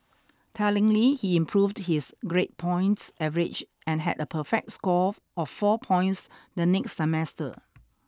tellingly he improved his grade points average and had a perfect score of four points the next semester